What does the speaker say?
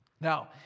Now